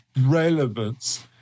relevance